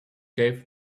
gave